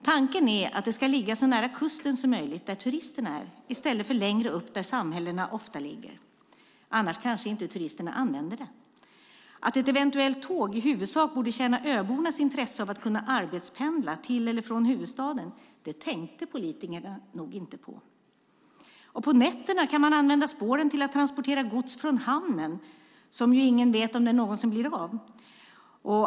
Tanken är att den ska ligga så nära kusten som möjligt där turisterna är i stället för längre upp där samhällena ofta ligger, annars kanske inte turisterna använder den. Att ett eventuellt tåg i huvudsak borde tjäna öbornas intresse att kunna arbetspendla till eller från huvudstaden tänkte politikerna nog inte på. På nätterna kan man använda spåren till att transportera gods från hamnen, som ingen vet om den någonsin blir av.